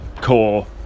core